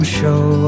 show